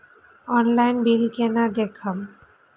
Online bill केना देखब?